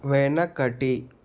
వెనకటి